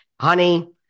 Honey